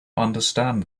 understand